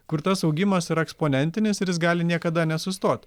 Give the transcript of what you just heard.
kur tas augimas yra eksponentinis ir jis gali niekada nesustot